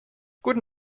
guten